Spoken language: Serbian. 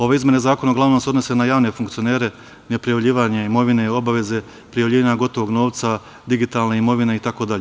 Ove izmene zakona uglavnom se odnose na javne funkcionere, neprijavljivanje imovine i obaveze prijavljivanja gotovog novca, digitalne imovine itd.